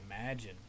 imagine